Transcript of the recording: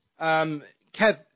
Kev